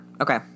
Okay